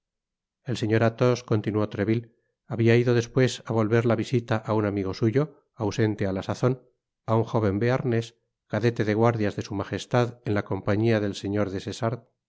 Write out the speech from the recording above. el señor athos continuó treville habia ido pues á volver la visita á un amigo suyo ausente á la sazon á un jóven bearnés cadete de guardias de s m en la compañia del señor des essarts